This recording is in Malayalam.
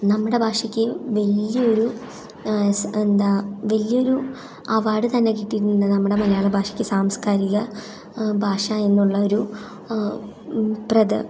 നമ്മുടെ ഭാഷയ്ക്ക് വലിയൊരു സ എന്താ വലിയൊരു അവാർഡ് തന്നെ കിട്ടിയിട്ടുണ്ട് നമ്മുടെ മലയാള ഭാഷക്ക് സാംസ്ക്കാരിക ഭാഷ എന്നുള്ളൊരു പ്രെധ